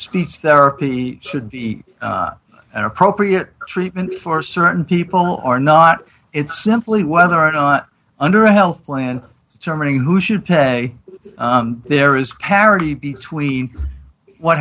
speech therapy should be an appropriate treatment for certain people or not it's simply whether or not under a health plan terminating who should pay there is carroty between what